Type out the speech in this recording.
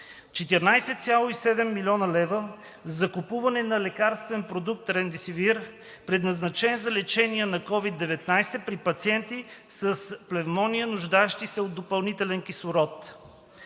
14,7 млн. лв. – за закупуване на лекарствен продукт Veklury (Ремдесивир), предназначен за лечение на COVID-19 при пациенти с пневмония, нуждаещи се от допълнителен кислород.